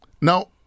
Now